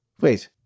Wait